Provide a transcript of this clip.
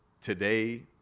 today